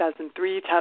2003